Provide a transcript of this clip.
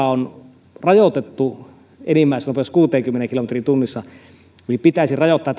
on rajoitettu enimmäisnopeus kuuteenkymmeneen kilometriin tunnissa pitäisi rajoittaa